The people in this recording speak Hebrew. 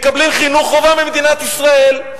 מקבלים חינוך חובה ממדינת ישראל,